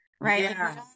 right